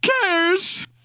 cares